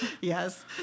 Yes